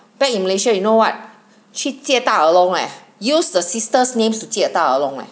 back in Malaysia you know what 去借大耳窿 leh use the sisters' names to 借大耳窿 leh